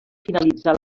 finalitzar